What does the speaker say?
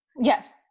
Yes